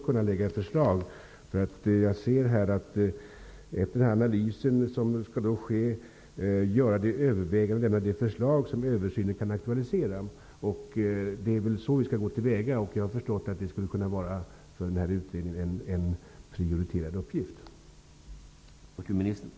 Jag ser att vi efter den analys som skall ske kan ''göra de överväganden och lämna de förslag som vid översynen kan aktualiseras''. Det är väl så vi skall gå till väga. Jag har förstått att det skulle kunna vara en prioriterad uppgift för den här utredningen.